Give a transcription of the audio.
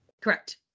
Correct